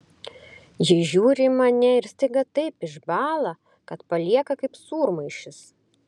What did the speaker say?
jis žiūri į mane ir staiga taip išbąla kad palieka kaip sūrmaišis